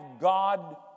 God